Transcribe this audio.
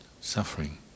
suffering